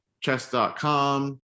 chess.com